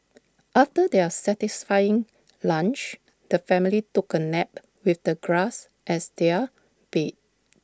after their satisfying lunch the family took A nap with the grass as their bed